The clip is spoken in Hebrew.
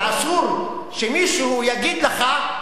ואסור שמישהו יגיד לך,